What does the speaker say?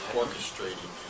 orchestrating